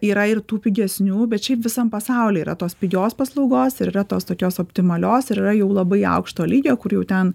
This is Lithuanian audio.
yra ir tų pigesnių bet šiaip visam pasauly yra tos pigios paslaugos ir yra tos tokios optimalios ir yra jau labai aukšto lygio kur jau ten